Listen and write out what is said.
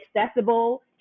accessible